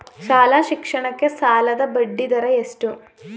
ಶಾಲಾ ಶಿಕ್ಷಣಕ್ಕೆ ಸಾಲದ ಬಡ್ಡಿದರ ಎಷ್ಟು?